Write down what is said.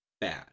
bad